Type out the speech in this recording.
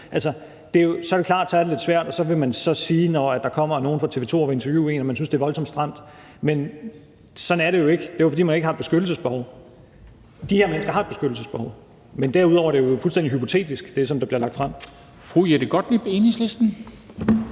Så er det klart, at det jo er lidt svært, og så vil man sige, når der kommer nogle fra TV 2 og vil interviewe en, at man synes, det er voldsomt stramt. Men sådan er det jo ikke; det er jo, fordi man ikke har et beskyttelsesbehov. De her mennesker har et beskyttelsesbehov, men derudover er det, som bliver lagt frem, fuldstændig hypotetisk.